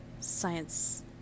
science